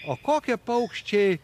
o kokie paukščiai